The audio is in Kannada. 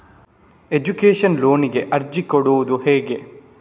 ಎಜುಕೇಶನ್ ಲೋನಿಗೆ ಅರ್ಜಿ ಕೊಡೂದು ಹೇಗೆ?